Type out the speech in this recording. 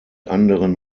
anderen